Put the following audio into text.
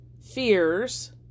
fears